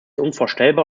unvorstellbar